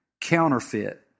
counterfeit